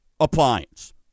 appliance